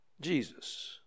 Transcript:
Jesus